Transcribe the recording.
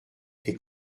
est